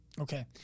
Okay